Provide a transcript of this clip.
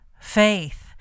faith